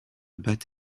batte